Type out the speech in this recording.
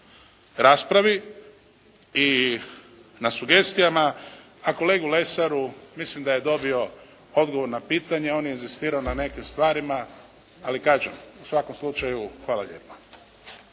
raspravi i na sugestiju, a kolegi Lesaru, mislim da je dobio odgovor na pitanje. On je inzistirao na nekim stvarima, ali kažem u svakom slučaju hvala lijepa.